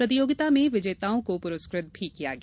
प्रतियोगिता में विजेताओं को पुरस्कृत भी किया गया